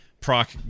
proc